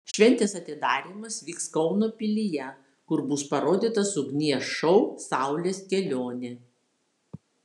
šventės atidarymas vyks kauno pilyje kur bus parodytas ugnies šou saulės kelionė